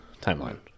timeline